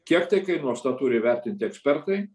kiek tai kainuos tą turi įvertinti ekspertai